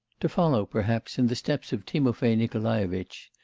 to follow, perhaps, in the steps of timofay nikolaevitch.